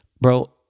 Bro